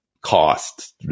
costs